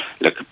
Look